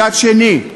מצד שני,